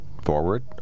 forward